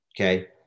okay